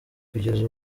kugeza